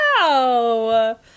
wow